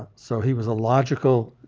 so he was a logical